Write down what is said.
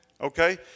okay